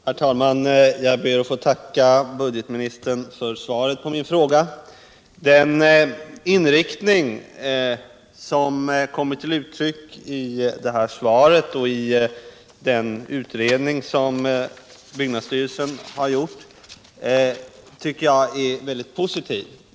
Herr talman! Jag ber att få tacka budgetministern för svaret på min fråga. Den inriktning som kommit till uttryck i svaret och i den utredning som byggnadsstyrelsen har gjort tycker jag är mycket positiv.